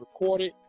recorded